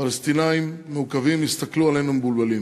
הפלסטינים המעוכבים הסתכלו עלינו מבולבלים,